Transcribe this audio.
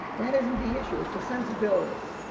that isn't the issue. it's the sensibilities.